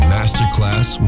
Masterclass